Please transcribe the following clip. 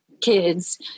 kids